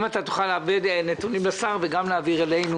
אם תוכל להעביר נתונים לשר ואלינו.